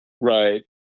Right